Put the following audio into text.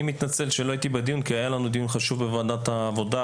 אני מתנצל שלא הייתי בדיון כי היה לנו דיון חשוב בוועדת העבודה.